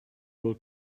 will